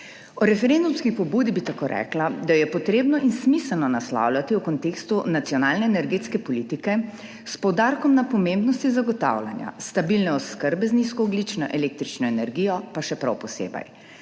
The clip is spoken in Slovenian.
O referendumski pobudi bi rekla tako, da jo je treba in smiselno naslavljati v kontekstu nacionalne energetske politike, s poudarkom na pomembnosti zagotavljanja stabilne oskrbe z nizkoogljično električno energijo pa še prav posebej.